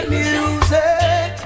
music